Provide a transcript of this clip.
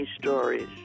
stories